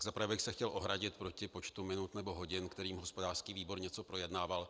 Zaprvé bych se chtěl ohradit proti počtu minut nebo hodin, kterými hospodářský výbor něco projednával.